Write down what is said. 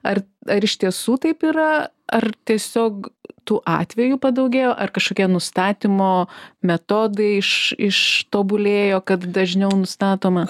ar ar iš tiesų taip yra ar tiesiog tų atvejų padaugėjo ar kažkokie nustatymo metodai ištobulėjo kad dažniau nustatoma